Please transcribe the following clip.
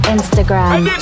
Instagram